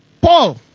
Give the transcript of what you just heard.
Paul